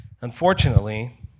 Unfortunately